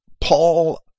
Paul